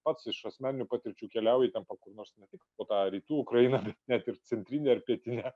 pats iš asmeninių patirčių keliauju ten kur nors ne tik po tą rytų ukrainą net ir centrinę ir pietinę